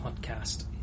podcast